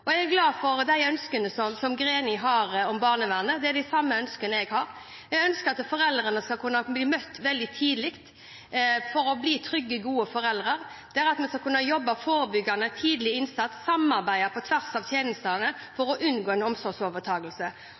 Jeg er glad for de ønskene som representanten Greni har for barnevernet. Det er de samme ønskene jeg har. Jeg ønsker at foreldrene skal kunne bli møtt veldig tidlig for å bli trygge, gode foreldre, at vi skal kunne jobbe forebyggende, med tidlig innsats og samarbeid på tvers av tjenestene, for å unngå en omsorgsovertakelse.